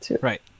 right